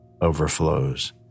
overflows